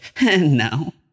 no